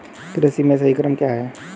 कृषि में सही क्रम क्या है?